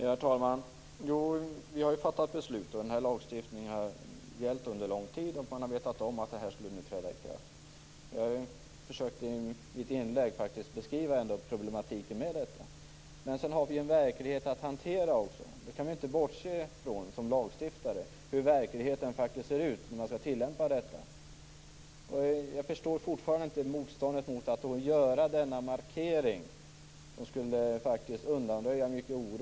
Herr talman! Vi har ju fattat beslut. Den här lagstiftningen har gällt under lång tid, och det har varit känt att den här ändringen nu skall träda i kraft. Jag försökte i mitt inlägg beskriva problematiken med detta. Men sedan har vi en verklighet att hantera också. Vi kan som lagstiftare inte bortse från hur verkligheten faktiskt ser ut när det gäller tillämpningen av detta. Jag förstår fortfarande inte motståndet mot att göra denna markering som skulle undanröja mycket oro.